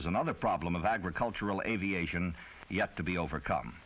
is another problem of agricultural aviation yet to be overcome